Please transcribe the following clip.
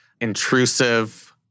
intrusive